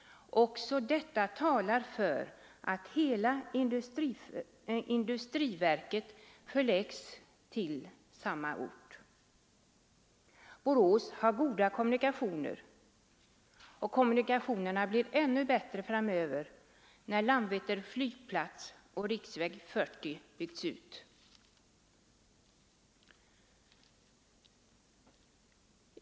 Också detta talar för att hela industriverket förläggs till samma ort. Borås har goda kommunikationer, och kommunikationerna blir ännu bättre framöver när Landvetters flygplats och riksväg 40 byggts ut.